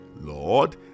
lord